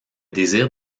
désirs